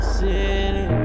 city